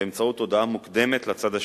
באמצעות בהודעה מוקדמת לצד השני,